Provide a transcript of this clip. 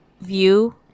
view